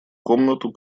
комнату